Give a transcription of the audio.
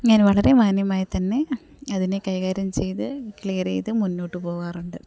ഞാൻ വളരെ മാന്യമായിത്തന്നെ അതിനേ കൈകാര്യം ചെയ്ത് ക്ലിയർ ചെയ്തു മുന്നോട്ടു പോകാറുണ്ട്